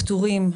דלקים.